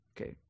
okay